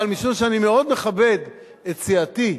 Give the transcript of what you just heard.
אבל משום שאני מאוד מכבד את סיעתי,